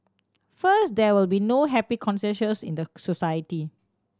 first there will be no happy consensus in the society